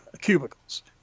cubicles